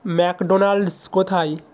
McDonald's কোথায়